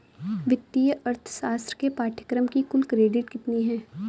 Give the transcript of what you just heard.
वित्तीय अर्थशास्त्र के पाठ्यक्रम की कुल क्रेडिट कितनी है?